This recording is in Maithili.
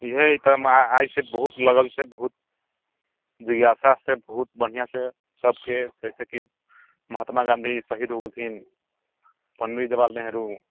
इएह हमरा आइसँ बहुत लगनसँ बहुत जिज्ञासासँ बहुत बढ़िआँसँ सभके जैसेकि महात्मा गाँधी शहीद भेल रहथिन पण्डित जवाहर लाल नेहरू